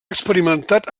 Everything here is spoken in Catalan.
experimentat